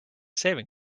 saving